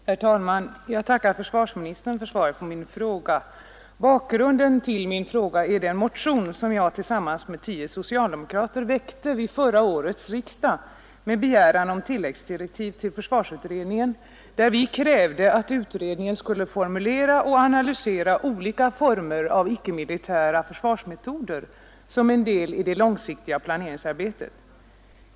Herr talman! Jag tackar försvarsministern för svaret på min fråga. Bakgrunden till frågan är den motion som jag tillsammans med tio andra socialdemokrater väckte vid förra årets riksdag med begäran om tilläggsdirektiv till försvarsutredningen. Vi krävde att utredningen skulle formulera och analysera olika former av icke-militära försvarsmetoder som en del i det långsiktiga planeringsarbetet.